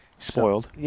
Spoiled